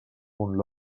punt